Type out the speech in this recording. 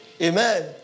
amen